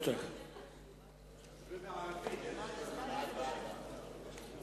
חוסכי מים במבנים המשמשים גופי ציבור),